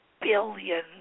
billions